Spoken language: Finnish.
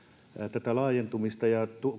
tätä laajentumista